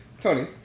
Tony